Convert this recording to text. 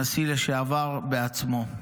הנשיא לשעבר בעצמו.